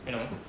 you know